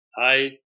Hi